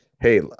Hey